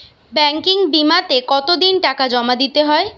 Banking বিমাতে কত দিন টাকা জমা দিতে হয়?